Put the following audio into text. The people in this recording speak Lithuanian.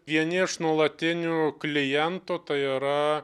vieni iš nuolatinių klientų tai yra